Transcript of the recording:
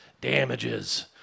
Damages